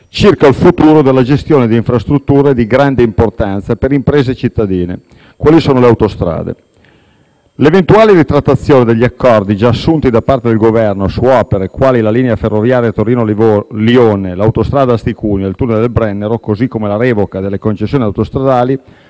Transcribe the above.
circa il futuro della gestione di infrastrutture di grande importanza per imprese e cittadini, quali sono le autostrade; l'eventuale ritrattazione degli accordi già assunti da parte del Governo su opere quali la TAV, l'autostrada Asti-Cuneo e il *tunnel* del Brennero e la revoca delle concessioni autostradali